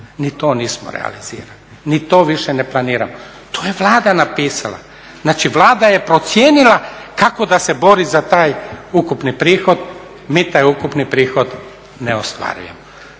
Ni to nismo realizirali, ni to više ne planiramo. To je Vlada napisala. Znači, Vlada je procijenila kako da se bori za taj ukupni prihod. Mi taj ukupni prihod ne ostvarujemo,